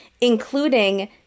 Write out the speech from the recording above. including